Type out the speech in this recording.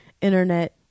internet